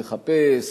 לחפש,